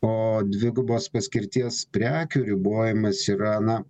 o dvigubos paskirties prekių ribojimas yra na